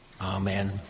Amen